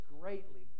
greatly